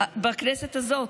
בכנסת הזאת,